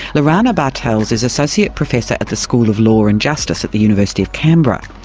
lorana bartels is associate professor at the school of law and justice at the university of canberra.